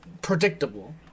predictable